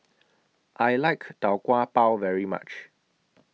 I like Tau Kwa Pau very much